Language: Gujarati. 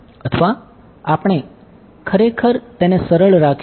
અથવા આપણે ખરેખર તેને સરળ રાખીશું